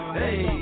hey